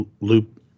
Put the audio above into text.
loop